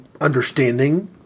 understanding